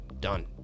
Done